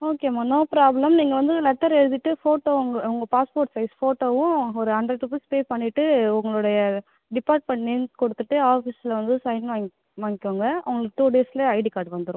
okay மா no problem நீங்கள் வந்து லெட்டர் எழுதிவிட்டு ஃபோட்டோ உங்கள் உங்கள் பாஸ்போர்ட் சைஸ் ஃபோட்டோவும் ஒரு ஹண்ட்ரெட் ருபீஸ் பே பண்ணிவிட்டு உங்களுடைய டிபார்ட்மெண்ட் நேம் கொடுத்துவிட்டு ஆஃபிஸில் வந்து சைன் வாங் வாங்கிக்கோங்க உங்களுக்கு டூ டேஸில் ஐடி கார்டு வந்துரும்